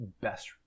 best